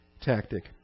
Tactic